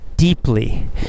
Deeply